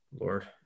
Lord